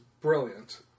brilliant